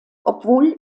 obwohl